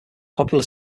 popular